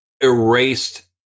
erased